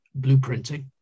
blueprinting